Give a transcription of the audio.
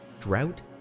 drought